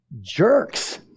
jerks